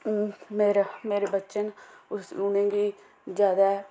ते हून मेरा मेरे बच्चे न हून इंदी जादा